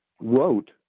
wrote